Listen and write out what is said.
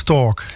Talk